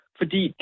fordi